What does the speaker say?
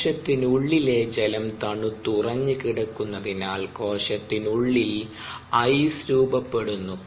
കോശത്തിനുള്ളിലെ ജലം തണുത്തുറഞ്ഞ് കിടക്കുന്നതിനാൽ കോശത്തിനുള്ളിൽ ഐസ് രൂപപ്പെടുന്നു